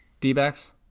D-backs